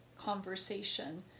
conversation